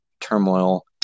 turmoil